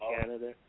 Canada